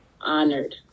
honored